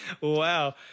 Wow